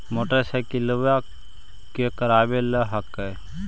मोटरसाइकिलवो के करावे ल हेकै?